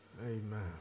amen